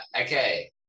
okay